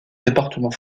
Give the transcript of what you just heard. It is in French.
département